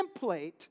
template